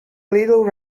little